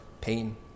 pain